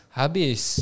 habis